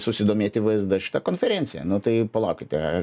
susidomėti vzd šita konferencija nu tai palaukite